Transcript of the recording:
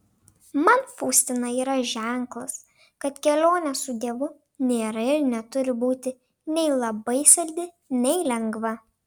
man faustina yra ženklas kad kelionė su dievu nėra ir neturi būti nei labai saldi nei lengva